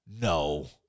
No